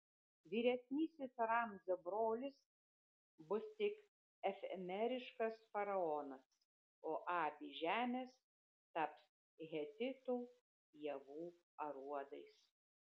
vyresnysis ramzio brolis bus tik efemeriškas faraonas o abi žemės taps hetitų javų aruodais